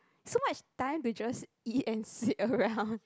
so much time to just eat and sit around